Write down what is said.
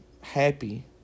happy